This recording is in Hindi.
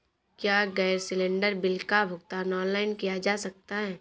क्या गैस सिलेंडर बिल का भुगतान ऑनलाइन किया जा सकता है?